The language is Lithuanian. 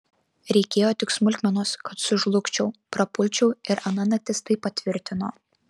reikėjo tik smulkmenos kad sužlugčiau prapulčiau ir ana naktis tai patvirtino